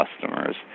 customers